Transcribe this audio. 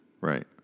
Right